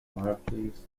fireplace